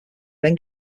then